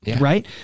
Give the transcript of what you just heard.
Right